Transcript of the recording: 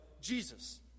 Jesus